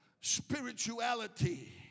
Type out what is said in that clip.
spirituality